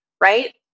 right